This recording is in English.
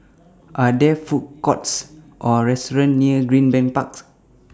Are There Food Courts Or restaurants near Greenbank Parks